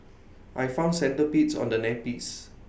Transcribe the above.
I found centipedes on the nappies